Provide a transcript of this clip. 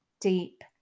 deep